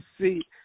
see